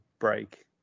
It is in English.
break